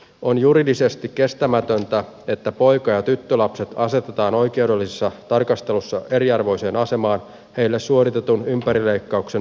on juridisesti kestämätöntä että poika ja tyttölapset asetetaan oikeudellisessa tarkastelussa eriarvoiseen asemaan heille suoritetun ympärileikkauksen lainmukaisuutta arvioitaessa